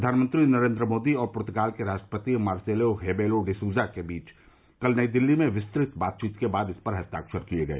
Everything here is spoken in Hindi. प्रधानमंत्री नरेन्द्र मोदी और पूर्तगाल के राष्ट्रपति मार्सेलो हेबेलो डि सुजा के बीच कल नई दिल्ली में विस्तृत बातचीत के बाद इन पर हस्ताक्षर किए गए